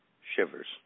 Shivers